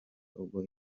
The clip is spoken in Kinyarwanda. ubwo